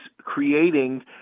creating